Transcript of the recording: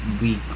week